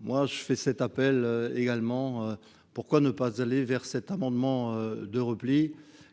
moi je fais cet appel également, pourquoi ne pas aller vers cet amendement de repli